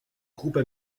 groupes